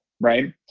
right